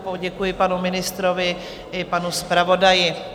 Poděkuji panu ministrovi i panu zpravodaji.